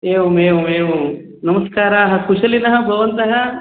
एवमेवमेवं नमस्काराः कुशलिनः भवन्तः